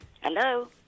Hello